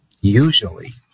Usually